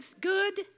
good